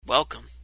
Welcome